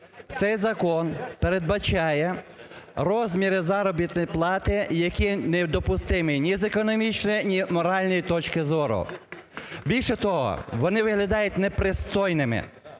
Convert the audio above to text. Цей закон передбачає розміри заробітної плати, які недопустимі ні з економічної, ні моральної точки зору. Більше того, вони виглядають непристойними.